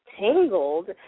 Tangled